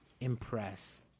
impress